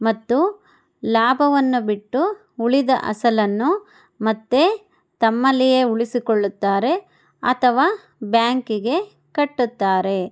ಮತ್ತು ಲಾಭವನ್ನು ಬಿಟ್ಟು ಉಳಿದ ಅಸಲನ್ನು ಮತ್ತೆ ತಮ್ಮಲ್ಲಿಯೇ ಉಳಿಸಿಕೊಳ್ಳುತ್ತಾರೆ ಅಥವಾ ಬ್ಯಾಂಕಿಗೆ ಕಟ್ಟುತ್ತಾರೆ